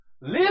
Live